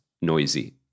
noisy